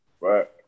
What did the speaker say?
Right